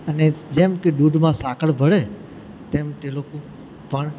અને જેમ કે દૂધમાં સાકર ભળે તેમ તે લોકો પણ